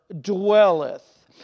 dwelleth